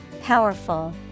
Powerful